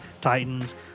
Titans